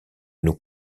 nous